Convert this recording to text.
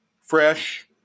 fresh